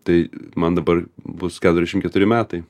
tai man dabar bus keturiasdešim keturi metai